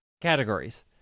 categories